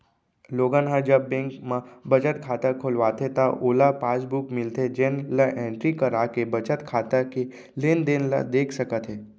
लोगन ह जब बेंक म बचत खाता खोलवाथे त ओला पासबुक मिलथे जेन ल एंटरी कराके बचत खाता के लेनदेन ल देख सकत हे